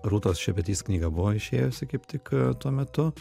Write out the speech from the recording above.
rūtos šepetys knyga buvo išėjusi kaip tik tuo metu